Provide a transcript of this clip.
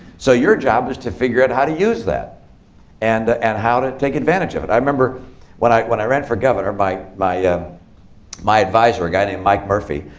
so your job is to figure out how to use that and and how to take advantage of it. i remember when i when i ran for governor, my my advisor, a guy named mike murphy,